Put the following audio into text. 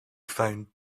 found